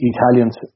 Italians